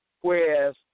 whereas